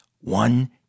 one